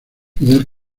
fidel